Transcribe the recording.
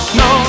no